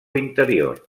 interior